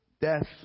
Death